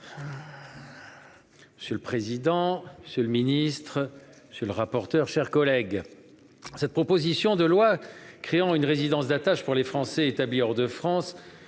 Monsieur le président, monsieur le ministre, mes chers collègues, cette proposition de loi créant une résidence d'attache pour les Français établis hors de France,